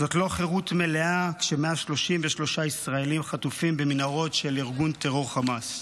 זאת לא חירות מלאה כש-133 ישראלים חטופים במנהרות של ארגון הטרור חמאס.